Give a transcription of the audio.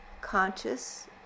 conscious